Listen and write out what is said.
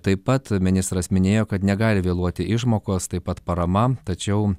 taip pat ministras minėjo kad negali vėluoti išmokos taip pat parama tačiau